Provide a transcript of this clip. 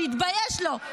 שיתבייש לו.